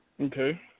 Okay